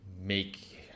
make